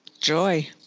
Joy